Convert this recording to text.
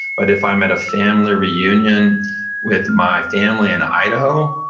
but if i'm at a family reunion with my family in idaho,